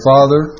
Father